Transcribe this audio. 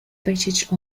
british